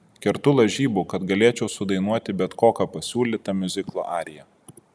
kertu lažybų kad galėčiau sudainuoti bet kokią pasiūlytą miuziklo ariją